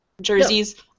jerseys